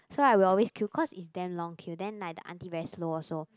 so I will always queue cause it's damn long queue then like the aunty very slow also